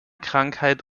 krankheit